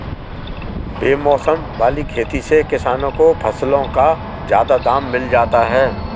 बेमौसम वाली खेती से किसानों को फसलों का ज्यादा दाम मिल जाता है